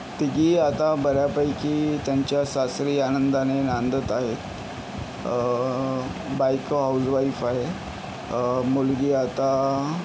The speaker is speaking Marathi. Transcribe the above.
तिघी आता बऱ्यापैकी त्यांच्या सासरी आनंदाने नांदत आहेत बायको हाउजवाईफ आहे मुलगी आता